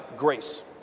grace